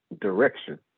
direction